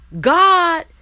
God